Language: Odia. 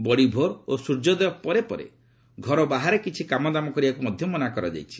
ବଡି ଭୋର୍ ଓ ସୂର୍ଯ୍ୟୋଦୟ ପରେପରେ ଘର ବାହାରେ କିଛି କାମଦାମ କରିବାକୁ ମଧ୍ୟ ମନା କରାଯାଇଛି